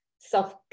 self